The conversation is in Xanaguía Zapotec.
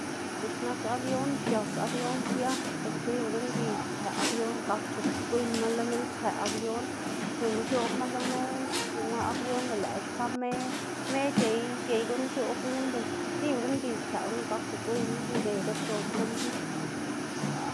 Dziꞌk nak avión xias abión sia ber tibaga mgiy stsëꞌ abión gakda gwiyma lo minn stsëꞌ abión, xiuma x̱oꞌbma lo me yuma abion ber lëꞌkga xka me me c̲h̲ey c̲h̲ey gunu x̱oꞌb lo mbidz, tibaga mgiy stsëꞌ gunu gakda gwiyma ndzë diꞌt sdzob minn knu.